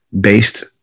based